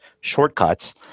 shortcuts